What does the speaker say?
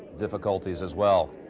difficulties as well.